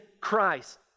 Christ